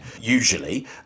usually